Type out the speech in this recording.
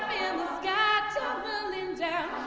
sky tumblin' and